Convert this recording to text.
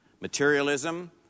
materialism